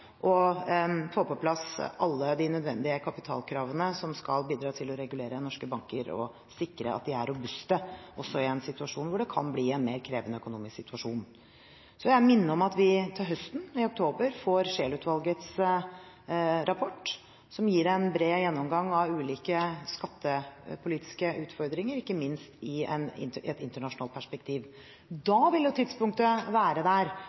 å få på plass alle de nødvendige kapitalkravene som skal bidra til å regulere norske banker og sikre at de er robuste, også i en situasjon hvor det kan bli en mer krevende økonomisk situasjon. Så vil jeg minne om at vi til høsten, i oktober, får Scheel-utvalgets rapport, som gir en bred gjennomgang av ulike skattepolitiske utfordringer, ikke minst i et internasjonalt perspektiv. Da vil tidspunktet være der